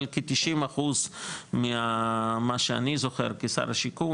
אבל כ-90% ממה שאני זוכר כשר השיכון